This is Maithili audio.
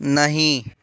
नहि